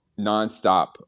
nonstop